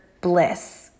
bliss